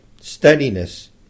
steadiness